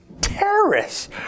terrorists